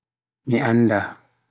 mi annda